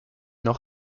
noch